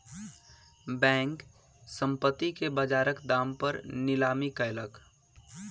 bank, संपत्ति के बजारक दाम पर नीलामी कयलक